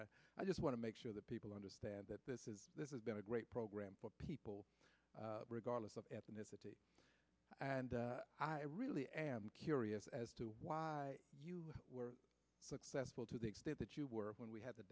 that i just want to make sure that people understand that this is this has been a great program for people regardless of ethnicity and i really am curious as to why you were successful to the extent that you were when we had